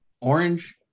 orange